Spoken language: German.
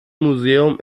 museum